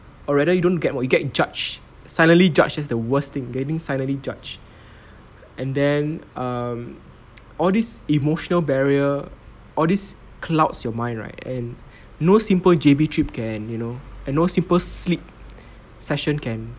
or rather you don't get what you get judged silently judged is the worst thing getting silently judged and then um all these emotional barrier all these clouds your mind right and no simple J_B trip can you know and no simple sleep session can